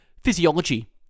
Physiology